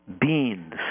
beans